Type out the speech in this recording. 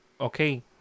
okay